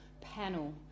panel